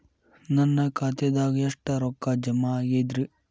ನನ್ನ ಖಾತೆದಾಗ ಎಷ್ಟ ರೊಕ್ಕಾ ಜಮಾ ಆಗೇದ್ರಿ?